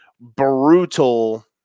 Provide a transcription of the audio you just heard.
brutal